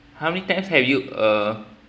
how many times have you uh